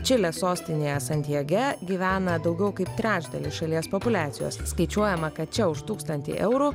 čilės sostinėje santjage gyvena daugiau kaip trečdalis šalies populiacijos skaičiuojama kad čia už tūkstantį eurų